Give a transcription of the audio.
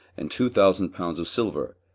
and two thousand pound of silver,